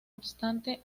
obstante